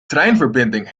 treinverbinding